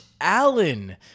Allen